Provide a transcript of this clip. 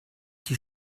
die